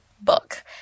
book